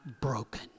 broken